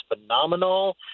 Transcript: phenomenal